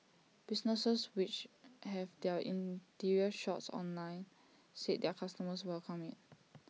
businesses which have their interior shots online said their customers welcome IT